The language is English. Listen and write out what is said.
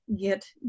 get